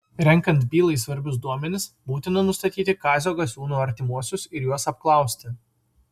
renkant bylai svarbius duomenis būtina nustatyti kazio gasiūno artimuosius ir juos apklausti